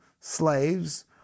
slaves